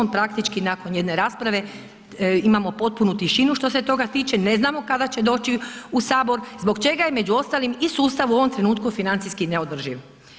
On praktički nakon jedne rasprave imamo potpunu tišinu što se tiče, ne znamo kada će doći u Sabor, zbog čega je među ostalim i sustav u ovom trenutku financijski neodrživim.